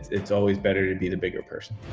it's always better to be the bigger person.